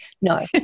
no